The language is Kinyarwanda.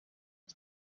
ese